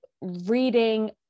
reading